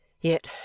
Yet